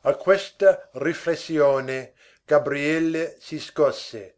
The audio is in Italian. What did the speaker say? a questa riflessione gabriele si scosse